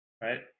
Right